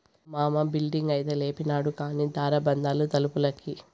మా మామ బిల్డింగైతే లేపినాడు కానీ దార బందాలు తలుపులకి